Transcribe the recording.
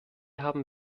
haben